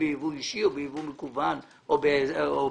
ביבוא אישי או ביבוא מקוון או באינטרנט,